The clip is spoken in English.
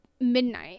midnight